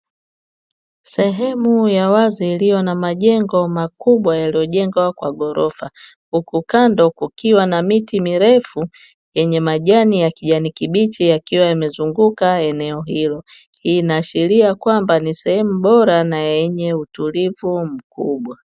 Sehemu ya wazi iliyo na majengo makubwa yaliyojengwa kwa ghorofa, huku kando kukiwa na miti mirefu yenye majani ya kijani kibichi yakiwa yamezunguka eneo hilo, hii inaashiria kwamba ni sehemu bora na yenye utulivu mkubwa.